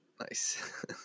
nice